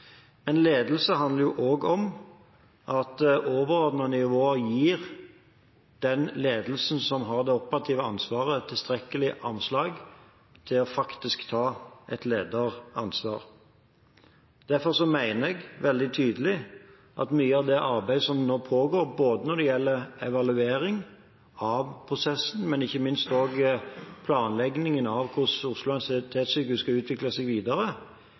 En ledelse handler jo òg om at overordnet nivå gir den ledelsen som har det operative ansvaret, tilstrekkelig armslag til faktisk å ta et lederansvar. Derfor mener jeg veldig tydelig at det er riktig at mye av det arbeidet som nå pågår, både når det gjelder evaluering av prosessen og planleggingen av hvordan Oslo universitetssykehus skal utvikle seg videre,